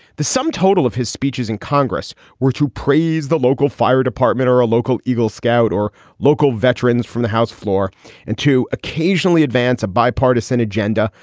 the sum total of his speeches in congress were to praise the local fire department or a local eagle scout or local veterans from the house floor and to occasionally advance a bipartisan agenda.